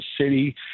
city